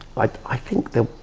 like i think they'll,